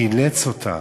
שאילץ אותה